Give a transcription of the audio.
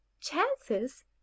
Chances